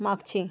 मागचे